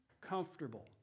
comfortable